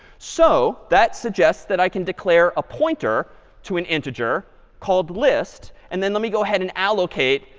so that suggests that i can declare a pointer to an integer called list. and then let me go ahead and allocate,